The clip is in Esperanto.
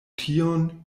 tion